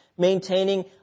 Maintaining